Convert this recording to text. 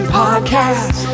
podcast